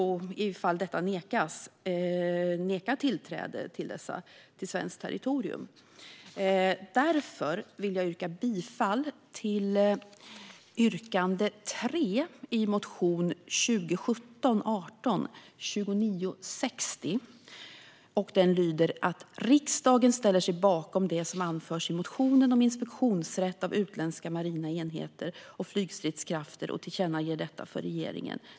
Om de nekar ska vi neka dem tillträde till svenskt territorium. Därför vill jag yrka bifall till punkt 3 i motion 2017/18:2960: Riksdagen ställer sig bakom det som anförs i motionen om inspektionsrätt av utländska marina enheter och flygstridskrafter och tillkännager detta för regeringen.